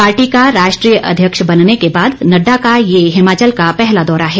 party का राष्ट्रीय अध्यक्ष बनने के बाद नड्डा का ये हिमाचल का पहला दौरा है